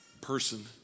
person